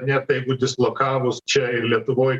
net jeigu dislokavus čia ir lietuvoj